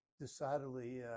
decidedly